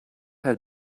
had